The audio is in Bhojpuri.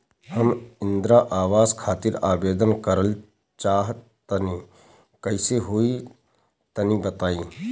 हम इंद्रा आवास खातिर आवेदन करल चाह तनि कइसे होई तनि बताई?